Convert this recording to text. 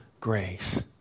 grace